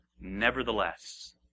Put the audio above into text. Nevertheless